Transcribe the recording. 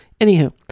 Anywho